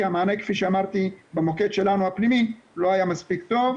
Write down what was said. כי המענה כפי שאמרתי במוקד הפנימי שלנו לא היה מספיק טוב,